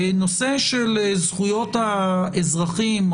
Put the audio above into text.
נושא של זכויות האזרחים,